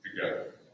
together